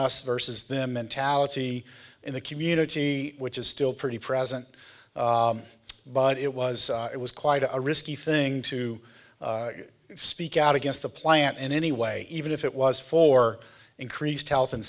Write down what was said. us versus them mentality in the community which is still pretty present but it was it was quite a risky thing to speak out against the plant in any way even if it was for increased health and